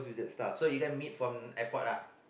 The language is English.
so you guy meet from airport ah